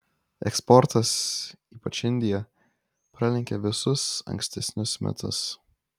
eksportas ypač į indiją pralenkia visus ankstesnius metus